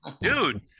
dude